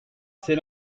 c’est